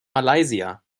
malaysia